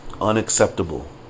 unacceptable